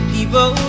People